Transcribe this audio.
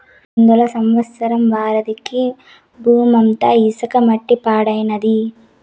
ముందల సంవత్సరం వరదలకి బూమంతా ఇసక పట్టి పాడైనాది